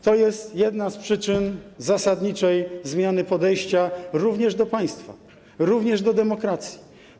To jest jedna z przyczyn zasadniczej zmiany podejścia również do państwa, również do demokracji.